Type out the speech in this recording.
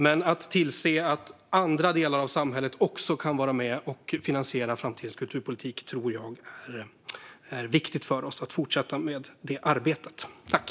Men jag tror att det är viktigt för oss att fortsätta med arbetet att tillse att andra delar av samhället också kan vara med och finansiera framtidens kulturpolitik.